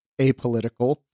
apolitical